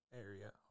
Area